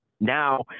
Now